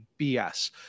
BS